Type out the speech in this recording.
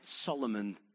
Solomon